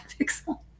pixel